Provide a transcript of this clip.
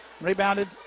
Rebounded